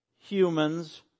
humans